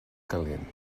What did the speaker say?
calent